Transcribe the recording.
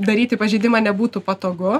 daryti pažeidimą nebūtų patogu